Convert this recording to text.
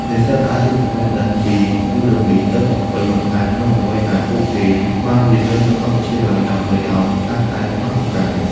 និស្សិតអាចយកចំណេះដឹងពីយូដឺមីទៅបំពេញបន្ថែមនូវអ្វីដែលពួកគេបានរៀននៅសាកលវិទ្យាល័យដើម្បីឱ្យកាន់តែខ្លាំងពូកែ។